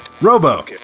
Robo